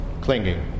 clinging